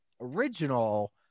original